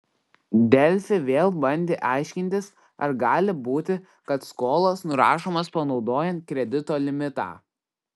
delfi vėl bandė aiškintis ar gali būti kad skolos nurašomos panaudojant kredito limitą